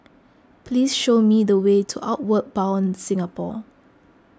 please show me the way to Outward Bound Singapore